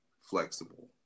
flexible